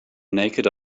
naked